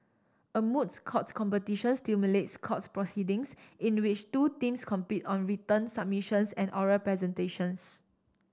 a moots courts competition simulates courts proceedings in a which two teams compete on written submissions and oral presentations